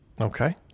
okay